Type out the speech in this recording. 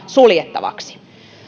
suljettavaksi